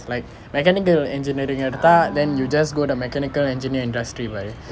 like mechanical engineering எடுத்தா:eduthaa then you just go to mechanical engineer industry [what]